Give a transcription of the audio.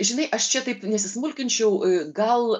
žinai aš čia taip nesismulkinčiau gal